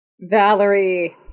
Valerie